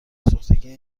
سوختگی